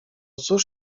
cóż